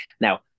Now